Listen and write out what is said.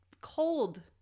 cold